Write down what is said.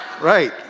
Right